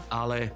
ale